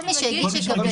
כל מי שהגיש, יקבל.